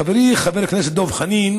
חברי חבר הכנסת דב חנין